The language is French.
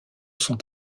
sont